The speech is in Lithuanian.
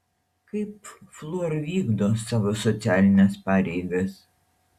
kaip fluor vykdo savo socialines pareigas